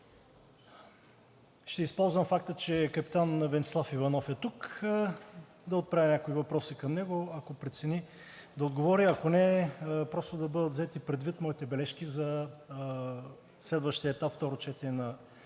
ще използвам факта, че капитан Венцислав Иванов е тук, за да отправя някои въпроси към него, ако прецени да отговори, ако не, просто да бъдат взети предвид моите бележки за следващия етап – второ четене на